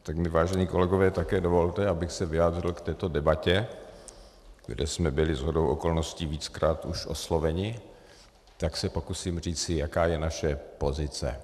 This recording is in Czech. Tak mi, vážení kolegové, také dovolte, abych se vyjádřil k této debatě, kde jsme byli shodou okolností víckrát už osloveni, tak se pokusím říci, jaká je naše pozice.